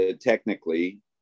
technically